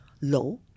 low